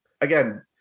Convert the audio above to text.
again